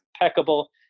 impeccable